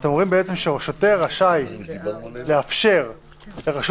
אתם אומרים ששוטר רשאי להורות לרשות